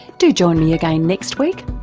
do join me again next week,